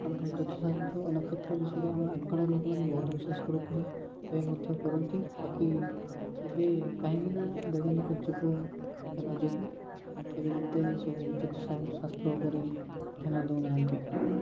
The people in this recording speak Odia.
ଆମର ଜ୍ୟୋତିଷଶାସ୍ତ୍ର ନକ୍ଷତ୍ର ବିଷୟରେ ଆମର ଆଗକାଳର ଲୋକମାନେ ବହୁତ ବିଶ୍ୱାସ କରୁଥିଲେ ଏବେ ମଧ୍ୟ କରନ୍ତି ବାକି ଏବେ କାହିଁକିନା ବୈଜ୍ଞାନିକ ଯୁଗ ହେବା ଯୋଗୁଁ ଏବେ ଯେତେ ସବୁ ଜ୍ୟୋତିଷଶାସ୍ତ୍ର ଉପରେ ଧ୍ୟାନ ଦେଉନାହାନ୍ତି